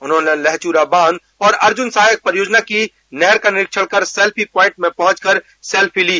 उन्होंने लहचूरा बाँध ओर अर्जून सहायक परियोजना की नहर का निरीक्षण कर सैल्फी पुआइन्ट में पहुँचकर सैल्फी ली